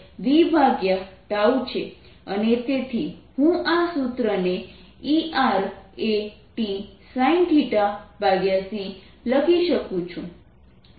હવે પ્રવેગ av છે અને તેથી હું આ સૂત્રને Er a t sin c લખી શકું છું